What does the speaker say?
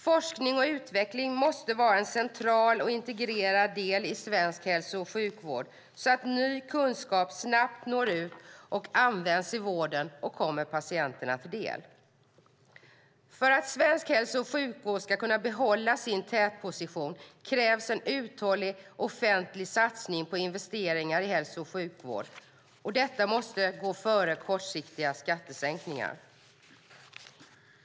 Forskning och utveckling måste vara en central och integrerad del i svensk hälso och sjukvård så att ny kunskap snabbt når ut och används i vården och kommer patienterna till del. För att svensk hälso och sjukvård ska kunna behålla sin tätposition krävs en uthållig offentlig satsning på investeringar i hälso och sjukvård. Detta måste gå före kortsiktiga skattesänkningar.